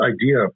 idea